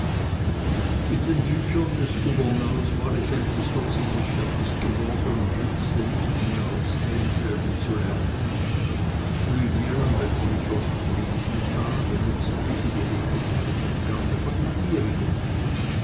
mit den büchern des gouverneurs war ich endlich so ziemlich fertig geworden und wußte nichts mehr aus denselben zu lernen lydia welche mich so oft lesen sah benutzte diese gelegenheit und gab mir von den ihrigen